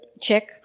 check